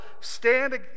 stand